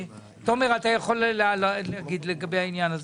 תומר, אתה יכול לדבר לגבי העניין הזה.